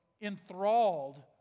enthralled